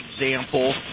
example